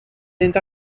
mynd